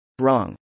Wrong